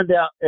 out